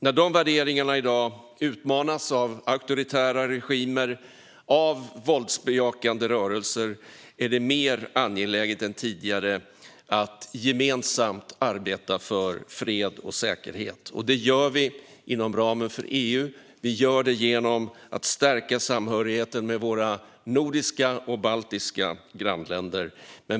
När dessa värderingar i dag utmanas av auktoritära regimer och våldsbejakande rörelser är det mer angeläget än tidigare att gemensamt arbeta för fred och säkerhet. Det gör vi inom ramen för EU. Vi gör det genom att stärka samhörigheten med våra nordiska och baltiska grannländer.